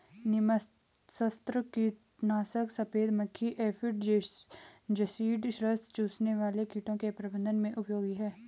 नीमास्त्र कीटनाशक सफेद मक्खी एफिड जसीड रस चूसने वाले कीड़ों के प्रबंधन में उपयोगी है